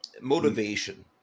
motivation